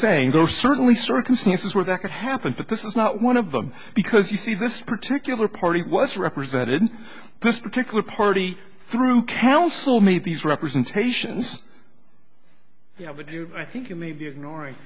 saying though certainly circumstances were that could happen but this is not one of them because you see this particular party was represented in this particular party through council meet these representations i think it may be ignoring